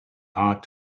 hard